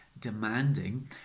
demanding